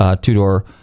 two-door